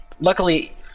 luckily